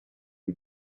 who